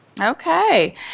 Okay